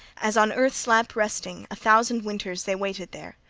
as, on earth's lap resting, a thousand winters they waited there.